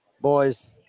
Boys